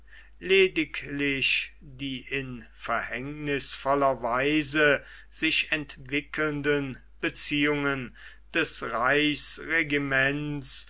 lediglich die in verhängnisvoller weise sich entwickelnden beziehungen des reichsregiments